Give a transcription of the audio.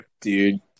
dude